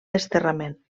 desterrament